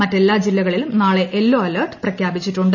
മറ്റെല്ലാ ജില്ലകളിലും നാളെ യെല്ലോ അലെർട്ട് പ്രഖ്യാപിച്ചിട്ടുണ്ട്